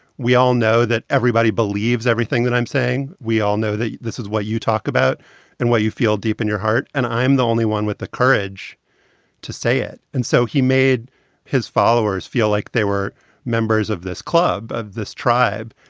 we all know that. everybody believes everything that i'm saying. we all know that this is what you talk about and what you feel deep in your heart. and i'm the only one with the courage to say it. and so he made his followers feel like they were members of this club, of this tribe.